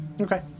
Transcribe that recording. Okay